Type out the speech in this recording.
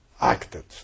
acted